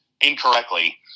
incorrectly